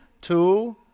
Two